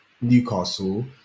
Newcastle